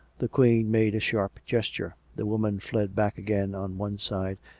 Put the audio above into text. the queen made a sharp gesture the woman fled back again on one side,